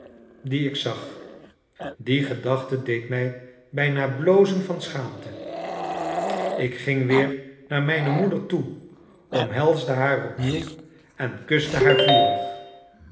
die ik zag die gedachte deed mij bijna blozen van schaamte ik ging weer naar mijne moeder toe omhelsde haar opnieuw en kuste haar vurig